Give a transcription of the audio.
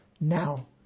now